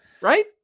Right